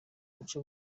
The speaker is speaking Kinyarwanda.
guca